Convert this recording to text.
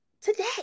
today